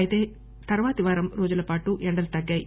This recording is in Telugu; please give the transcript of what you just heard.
అయితే తర్వాత వారం రోజులపాటు ఎండలు తగ్గాయి